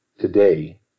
today